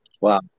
Wow